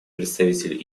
представитель